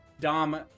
Dom